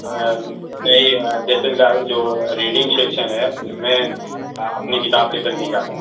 نہیں جیسے ل جو ریڈنگ سیکشن ہے اس میں اپنی کتاب لے کر نہیں جا سکتے